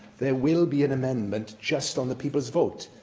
there will be an amendment just on the people's vote,